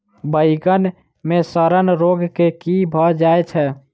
बइगन मे सड़न रोग केँ कीए भऽ जाय छै?